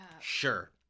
Sure